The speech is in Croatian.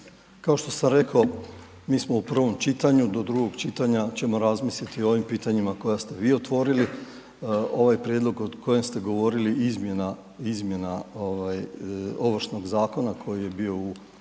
Kao što sam rekao, mi smo u prvom čitanju do drugog čitanja ćemo razmisliti o ovim pitanjima koja ste vi otvorili. Ovaj prijedlog o kojem ste govorili, izmjena Ovršnog zakona koji je bio u